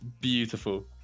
beautiful